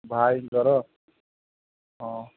ଭାଇଙ୍କର ହଁ